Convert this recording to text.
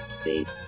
States